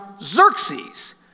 Xerxes